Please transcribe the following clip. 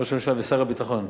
ראש הממשלה ושר הביטחון: